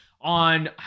on